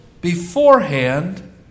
beforehand